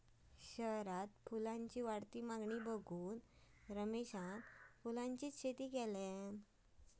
शहरात फुलांच्या वाढती मागणी बघून रमेशान फुलांची शेती केल्यान